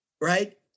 Right